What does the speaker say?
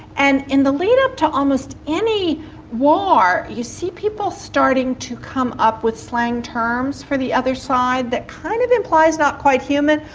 and in the lead up to almost any war you see people starting to come up with slang terms for the other side which kind of implies not quite human,